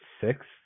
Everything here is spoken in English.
six